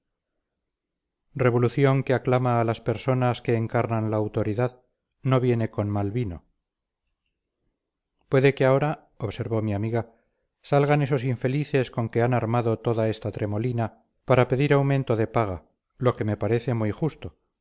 revolución que aclama a las personas que encarnan la autoridad no viene con mal vino puede que ahora observó mi amiga salgan esos infelices con que han armado toda esta tremolina para pedir aumento de paga lo que me parece muy justo